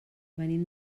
venim